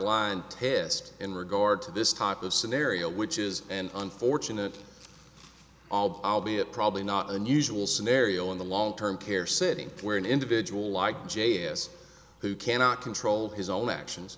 line test in regard to this type of scenario which is an unfortunate all but i'll be it probably not unusual scenario in the long term care setting where an individual like j s who cannot control his own actions